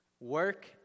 Work